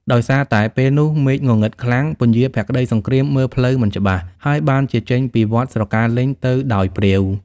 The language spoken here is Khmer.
ដោយសារតែពេលនោះមេឃងងឹតខ្លាំង ពញាភក្តីសង្គ្រាមមើលផ្លូវមិនច្បាស់ ហើយបានចេញពីវត្តស្រកាលេញទៅដោយព្រាវ។